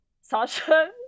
Sasha